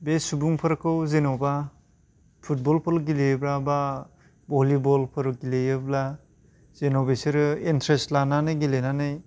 बे सुबुंफोरखौ जेन'बा फुटबलफोर गेलेयोबा बा भलिबलफोर गेलेयोब्ला जेन' बिसोरो एन्ट्रेस लानानै गेलेनानै